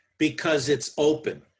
because it's open.